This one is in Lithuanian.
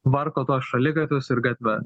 tvarko tuos šaligatvius ir gatve